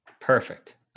Perfect